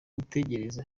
gutegereza